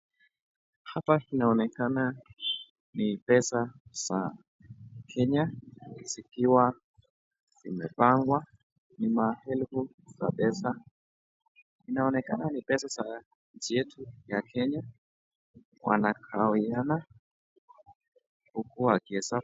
Hapa inaonekana ni pesa za kenya zikiwa zimepangwa ,ni maelfu za pesa inaonekana ni pesa za nchi yetu ya kenya wanagawiana huku wakihesabu.